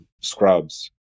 Scrubs